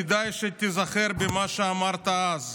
כדאי שתיזכר במה שאמרת אז,